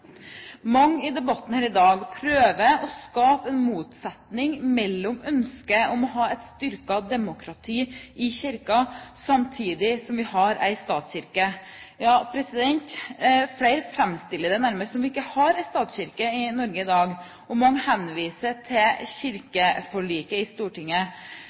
Mange i debatten her i dag prøver å skape en motsetning mellom ønsket om å ha et styrket demokrati i Kirken og samtidig ha en statskirke. Ja, flere framstiller det nærmest som om vi ikke har en statskirke i Norge i dag, og mange henviser til kirkeforliket i Stortinget.